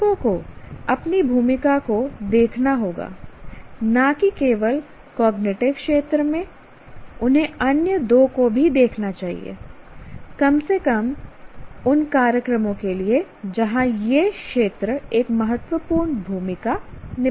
शिक्षकों को अपनी भूमिका को देखना होगा न कि केवल कॉग्निटिव क्षेत्र में उन्हें अन्य दो को भी देखना चाहिए कम से कम उन कार्यक्रमों के लिए जहां ये क्षेत्र एक महत्वपूर्ण भूमिका निभाते हैं